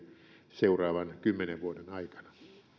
seuraavan kymmenen vuoden aikana